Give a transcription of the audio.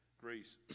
Greece